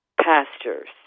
pastures